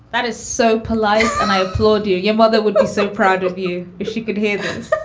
that is so polite. and i applaud you. your mother would be so proud of you if she could hear this.